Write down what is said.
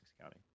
County